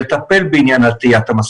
ברור שכשמייצרים אסטרטגיית יציאה למדינת